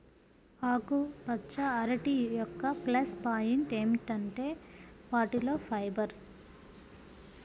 ఆకుపచ్చ అరటి యొక్క ప్లస్ పాయింట్ ఏమిటంటే వాటిలో ఫైబర్